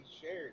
shared